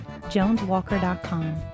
joneswalker.com